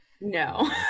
No